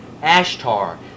Ashtar